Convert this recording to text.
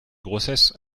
grossesses